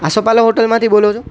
આસોપાલવ હોટલમાંથી બોલો છો